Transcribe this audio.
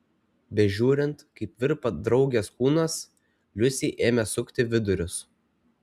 bežiūrint kaip virpa draugės kūnas liusei ėmė sukti vidurius